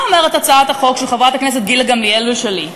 מה אומרת הצעת החוק של חברת הכנסת גילה גמליאל ושלי?